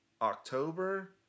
October